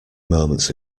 moments